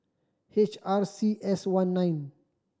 H R C S one nine